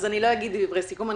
אז אני לא אגיד דברי סיכום.